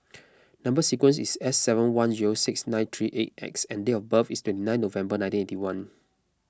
Number Sequence is S seven one zero six nine three eight X and date of birth is been nine November nineteen eighty one